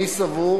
אני סבור